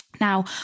Now